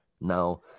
now